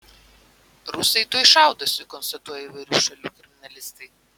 rusai tuoj šaudosi konstatuoja įvairių šalių kriminalistai